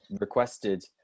requested